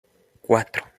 cuatro